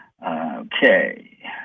Okay